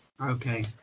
Okay